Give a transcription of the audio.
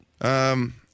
Um-